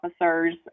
officers